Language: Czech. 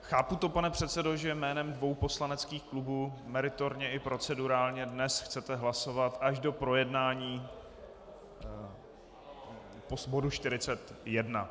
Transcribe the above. Chápu to, pane předsedo, že jménem dvou poslaneckých klubů meritorně i procedurálně dnes chcete hlasovat až do projednání bodu 41.